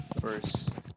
first